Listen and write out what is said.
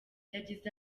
yagize